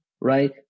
Right